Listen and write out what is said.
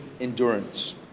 endurance